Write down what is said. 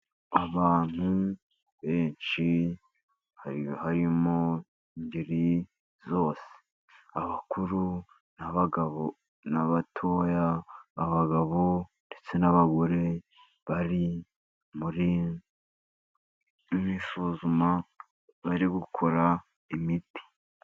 Abantu benshi harimo ingeri zose, abakuru n'abagabo n'abatoya b'abagabo ndetse n'abagore, bari mu isuzuma, bari gukora imiti.